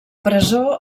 presó